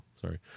sorry